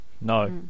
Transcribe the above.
No